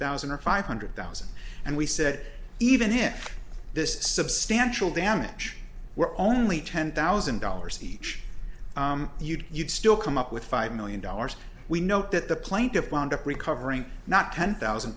thousand or five hundred thousand and we said even in this substantial damage we're only ten thousand dollars each you'd still come up with five million dollars we know that the plaintiff wound up recovering not ten thousand